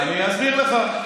אז אני אסביר לך.